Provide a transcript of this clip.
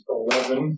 eleven